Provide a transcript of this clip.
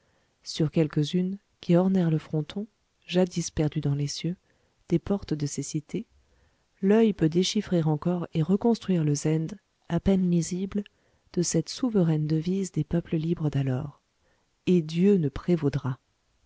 sur quelques-unes qui ornèrent le fronton jadis perdu dans les cieux des portes de ces cités l'œil peut déchiffrer encore et reconstruire le zend à peine lisible de cette souveraine devise des peuples libres d'alors et dieu ne prévaudra